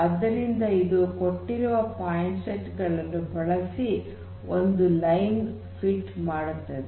ಆದ್ದರಿಂದ ಇದು ಕೊಟ್ಟಿರುವ ಪಾಯಿಂಟ್ ಸೆಟ್ ಗಳನ್ನು ಬಳಸಿ ಒಂದು ಲೈನ್ ಅನ್ನು ಫಿಟ್ ಮಾಡುತ್ತದೆ